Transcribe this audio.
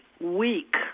week